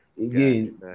Again